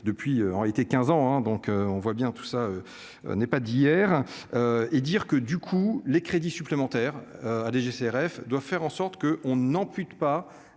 15 ans hein, donc on voit bien tout ça n'est pas d'hier, et dire que du coup les crédits supplémentaires ah DGCCRF doivent faire en sorte que on ampute pas